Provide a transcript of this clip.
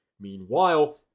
Meanwhile